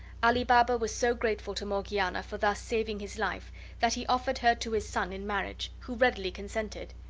ali baba was so grateful to morgiana for thus saving his life that he offered her to his son in marriage, who readily consented,